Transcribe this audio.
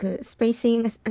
spacing